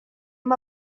hem